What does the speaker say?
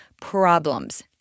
problems